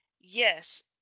Yes